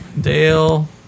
Dale